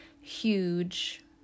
huge